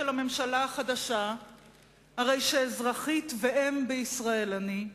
הממשלה החדשה הרי שאזרחית ואם בישראל אני,